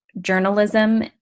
journalism